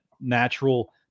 natural